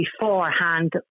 beforehand